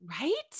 Right